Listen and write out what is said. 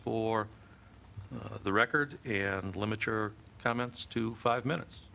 for the record and limit your comments to five minutes